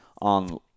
on